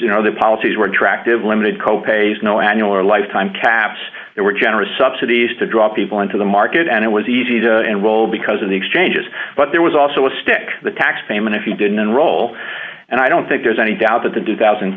you know their policies were attractive limited co pays no annual or lifetime caps they were generous subsidies to draw people into the market and it was easy to enroll because of the exchanges but there was also a stick the tax payment if you didn't enroll and i don't think there's any doubt that the do one thousand